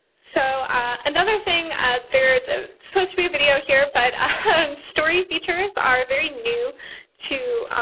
so another thing, there's a supposed to be video here, but story features are very new to